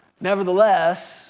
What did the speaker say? nevertheless